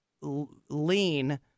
lean